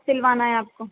سلوانا ہے آپ کو